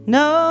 no